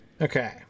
Okay